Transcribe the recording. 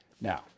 Now